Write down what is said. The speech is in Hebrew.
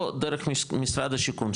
או דרך משרד השיכון,